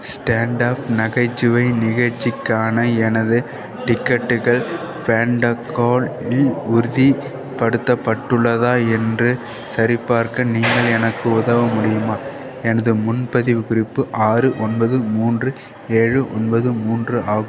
stand up நகைச்சுவை நிகழ்ச்சிக்கான எனது டிக்கெட்டுகள் ஃபாண்டாங்கோ இல் உறுதி படுத்தப்பட்டுள்ளதா என்று சரிபார்க்க நீங்கள் எனக்கு உதவ முடியுமா எனது முன்பதிவு குறிப்பு ஆறு ஒன்பது மூன்று ஏழு ஒன்பது மூன்று ஆகும்